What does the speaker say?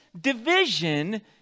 division